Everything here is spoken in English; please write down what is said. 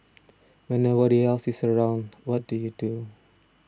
when nobody else is around what do you do